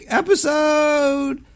episode